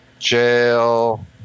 Jail